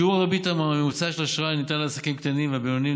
שיעור הריבית הממוצעת על האשראי הניתן לעסקים הקטנים והבינוניים